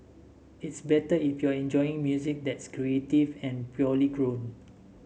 it's better if you're enjoying music that's creative and purely grown